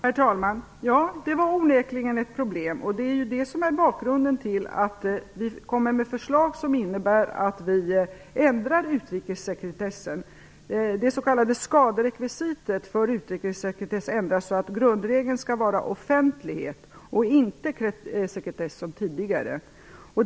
Herr talman! Ja, det var onekligen ett problem. Det är det som är bakgrunden till att vi kommer med förslag som innebär att utrikessekretessen ändras. Det s.k. skaderekvisitet för utrikessekretessen ändras så att grundregeln skall vara offentlighet och inte som tidigare sekretess.